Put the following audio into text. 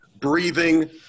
breathing